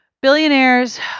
billionaires